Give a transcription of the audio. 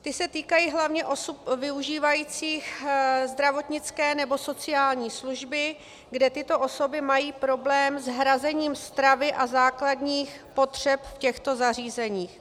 Ty se týkají hlavně osob využívajících zdravotnické nebo sociální služby, kde tyto osoby mají problém s hrazením stravy a základních potřeb v těchto zařízeních.